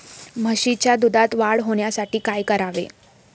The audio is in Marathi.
म्हशीच्या दुधात वाढ होण्यासाठी काय करावे?